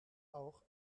auch